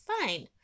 fine